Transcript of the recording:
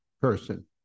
person